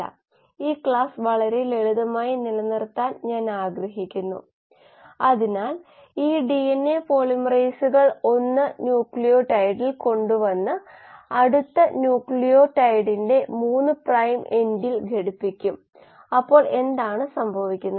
ഇത് ഓരോ 5 സെക്കൻഡിലും നിർമ്മിക്കപ്പെടുന്നു ഇത് ഓരോ മണിക്കൂറിലും നിർമ്മിക്കപ്പെടുന്നു ഒരു ബോൾട്ട് നിർമ്മിക്കാൻ 7 സെക്കൻഡ് അല്ലെങ്കിൽ 3 സെക്കൻഡ് അല്ലെങ്കിൽ 4 സെക്കൻഡ് എടുത്താലും സമയത്തിലെ വ്യതിയാനം ഈ പ്രക്രിയയുടെ അസ്ഥിരമായ അവസ്ഥ അല്ലെങ്കിൽ അസ്ഥിരമായ സ്വഭാവം എഞ്ചിൻ നിർമ്മാണത്തിന്റെ സ്വഭാവത്തെ ബാധിക്കില്ല